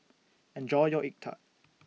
Enjoy your Egg Tart